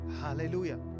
hallelujah